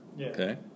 Okay